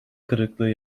kırıklığı